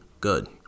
good